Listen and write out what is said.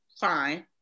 fine